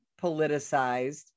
politicized